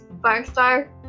Firestar